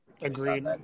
Agreed